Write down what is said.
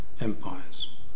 empires